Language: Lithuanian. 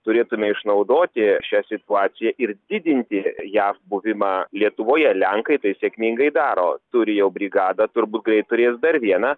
turėtume išnaudoti šią situaciją ir didinti jav buvimą lietuvoje lenkai tai sėkmingai daro turi jau brigadą turbūt greit turės dar vieną